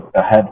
ahead